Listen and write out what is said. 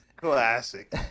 Classic